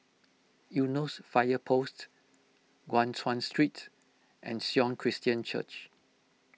Eunos Fire Post Guan Chuan Street and Sion Christian Church